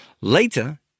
Later